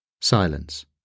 SILENCE